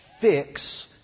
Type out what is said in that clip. fix